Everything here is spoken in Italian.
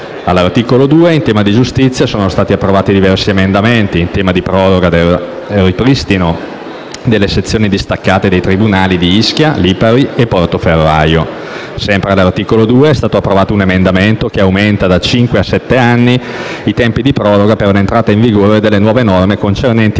All'articolo 2, in tema di giustizia, sono stati approvati diversi emendamenti, in tema di proroga del ripristino delle sezioni distaccate dei tribunali di Ischia, Lipari e Portoferraio. Sempre all'articolo 2, è stato approvato un emendamento che aumenta da cinque a sette anni i tempi di proroga per l'entrata in vigore delle nuove norme concernenti